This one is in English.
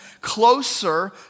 closer